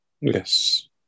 Yes